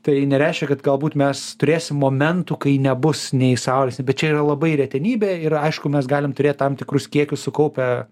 tai nereiškia kad galbūt mes turėsim momentų kai nebus nei saulės bet čia yra labai retenybė ir aišku mes galim turėt tam tikrus kiekius sukaupę